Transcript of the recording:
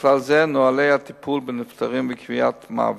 ובכלל זה נוהלי הטיפול בנפטרים וקביעת מוות,